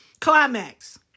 Climax